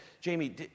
Jamie